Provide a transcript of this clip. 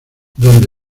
dónde